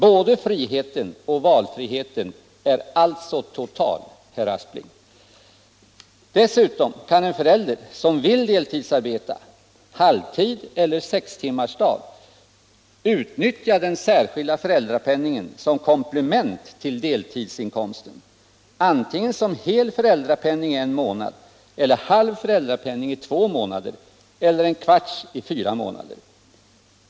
Både friheten och valfriheten är alltså totala, herr Aspling. Dessutom kan en förälder som vill deltidsarbeta — halvtid eller sextimmarsdag —- utnyttja den särskilda föräldrapenningen som komplement till deltidsinkomsten, antingen som hel föräldrapenning en månad, eller halv föräldrapenning i två månader, eller en kvarts i fyra månader.